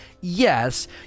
yes